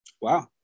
wow